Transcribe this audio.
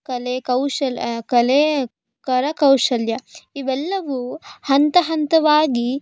ಕಲೆ ಕೌಶಲ ಕಲೆ ಕರಕೌಶಲ್ಯ ಇವೆಲ್ಲವೂ ಹಂತ ಹಂತವಾಗಿ